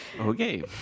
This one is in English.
Okay